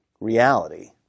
reality